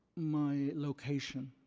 my location